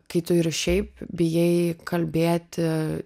kai tu ir šiaip bijai kalbėti